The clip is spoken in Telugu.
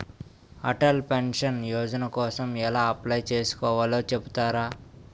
అటల్ పెన్షన్ యోజన కోసం ఎలా అప్లయ్ చేసుకోవాలో చెపుతారా?